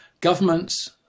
governments